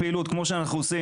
שאנחנו מפעילים